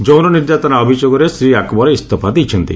ଯୌନ ନିର୍ଯାତନା ଅଭିଯୋଗରେ ଶ୍ରୀ ଆକବର ଇସ୍ତଫା ଦେଇଛନ୍ତି